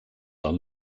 are